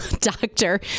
doctor